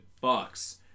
Bucks